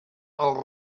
als